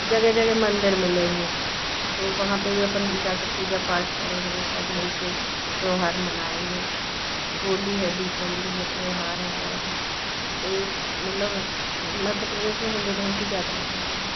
जगह जगह मंदिर मिलेंगे तो वहाँ पे भी अपन जा के पूजा पाठ करेंगे सब मिल के त्यौहार मनाएँगे होली है दीपवली है त्यौहार है और है तो मतलब मध्य प्रदेश में हिंदू धर्म की ज़्यादा मान्यता है